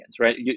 right